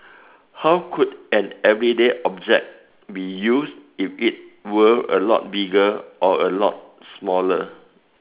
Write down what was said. how could an everyday object be used if it were a lot bigger or a lot smaller